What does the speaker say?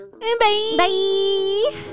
bye